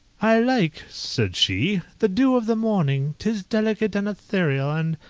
i like, said she, the dew of the morning, tis delicate and ethereal, and,